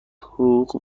حقوق